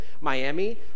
Miami